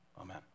Amen